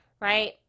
right